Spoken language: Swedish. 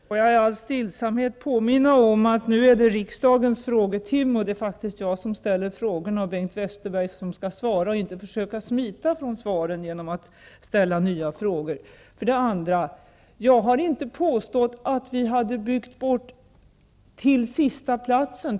Herr talman! Låt mig för det första i all stillsamhet påminna om att det nu är riksdagens frågetimme och att det faktiskt är jag som ställer frågorna. Det är Bengt Westerberg som skall svara och inte försöka smita från svaret genom att ställa frågor till mig. För det andra har jag inte påstått att vi hade byggt bort kön till sista platsen.